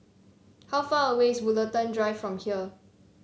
how far away is Woollerton Drive from here